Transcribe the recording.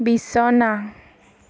বিছনা